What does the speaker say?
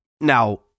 Now